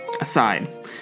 Aside